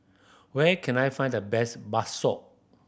where can I find the best bakso